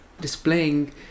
displaying